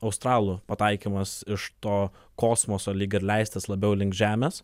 australų pataikymas iš to kosmoso lyg ir leistis labiau link žemės